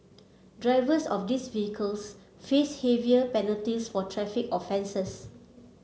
drivers of these vehicles face heavier penalties for traffic offences